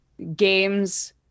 games